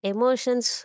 Emotions